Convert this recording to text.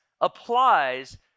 applies